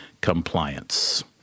compliance